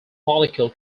molecule